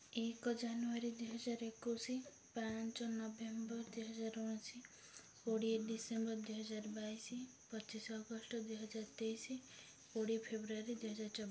ଏକ ଜାନୁଆରୀ ଦୁଇ ହଜାର ଏକୋଇଶ ପାଞ୍ଚ ନଭେମ୍ବର୍ ଦୁଇ ହଜାର ଉଣେଇଶ କୋଡ଼ିଏ ଡିସେମ୍ବର୍ ଦୁଇ ହଜାର ବାଇଶ ପଚିଶ ଅଗଷ୍ଟ୍ ଦୁଇ ହଜାର ତେଇଶି କୋଡ଼ିଏ ଫେବୃଆରୀ ଦୁଇ ହଜାର ଚବିଶ